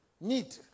need